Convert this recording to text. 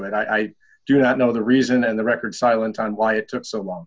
it i do not know the reason and the record silent on why it took so long